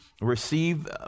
receive